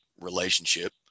relationship